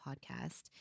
podcast